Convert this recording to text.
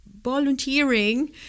volunteering